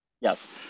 Yes